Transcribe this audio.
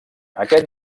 aquest